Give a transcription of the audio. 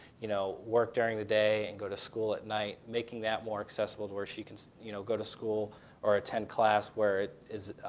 you know, work during the day and go to school at night, making that more accessible to where she can you know go to school or attend class where it is